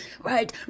right